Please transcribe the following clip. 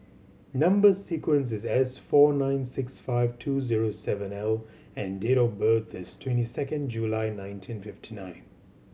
number sequence is S four nine six five two zero seven L and date of birth is twenty second July nineteen fifty nine